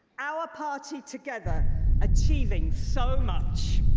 our party together achieving so much.